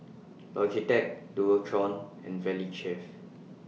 Logitech Dualtron and Valley Chef